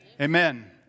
amen